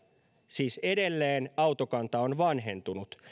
siis edelleen autokanta on vanhentunut